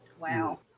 Wow